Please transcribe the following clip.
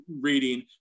reading